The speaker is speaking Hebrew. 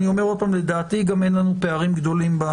ולדעתי אין לנו פערים גדולים.